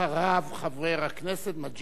חבר הכנסת מגלי והבה.